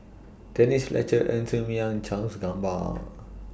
Denise Fletcher Ng Ser Miang Charles Gamba